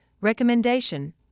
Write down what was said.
recommendation